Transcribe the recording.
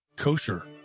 Kosher